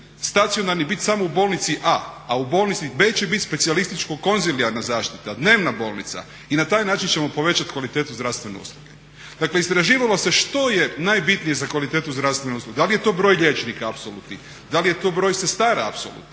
stacionarni samo u bolnici A, a u bolnici B će biti specijalističko-konzilijarna zaštita, dnevna bolnica i na taj način ćemo povećati kvalitetu zdravstvene usluge. Dakle istraživalo se što je najbitnije za kvalitetu zdravstvene usluge, da li je to broj liječnika apsolutnih, da li je to broj sestara apsolutnih?